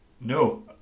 no